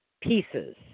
pieces